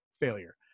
failure